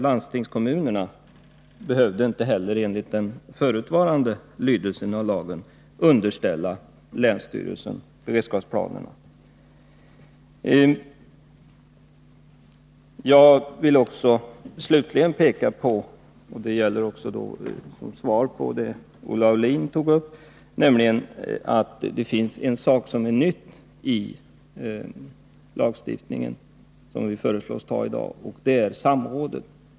Landstingskommunerna behövde inte heller enligt den förutvarande lydelsen i lagen underställa länsstyrelsen beredskapsplanerna. Jag vill slutligen, bl.a. som kommentar till Olle Aulins anförande, peka på att det finns en ny sak i den föreslagna lagstiftningen som vi skall fatta beslut om i dag, och det gäller samrådet.